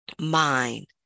mind